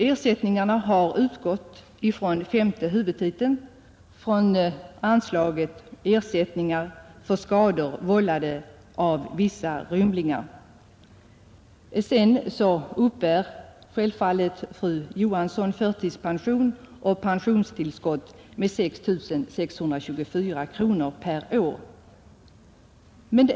Ersättningarna har utgått under femte huvudtiteln, från anslaget Ersättningar för skador vållade av vissa rymlingar, Vidare uppbär fru Johansson förtidspension och pensionstillskott med f.n. 6 624 kronor per år.